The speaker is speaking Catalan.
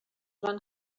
van